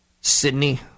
Sydney